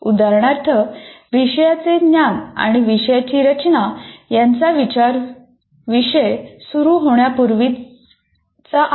उदाहरणार्थ विषयाचे ज्ञान आणि विषयाची रचना यांचा विचार विषय सुरू होण्यापूर्वीचा आहे